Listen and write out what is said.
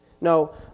No